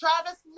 Travis